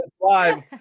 live